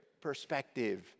perspective